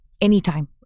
anytime